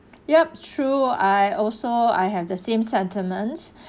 yup true I also I have the same sentiments